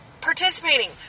participating